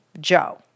Joe